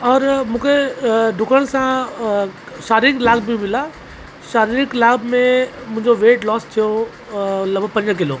और मूंखे ॾुकण सां शारीरिक लाभ बि मिला शारीरिक लाभ में मुंहिंजो वेट लॉस थियो लॻिभॻि पंज किलो